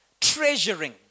Treasuring